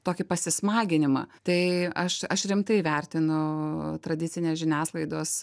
tokį pasismaginimą tai aš aš rimtai vertinu tradicinės žiniasklaidos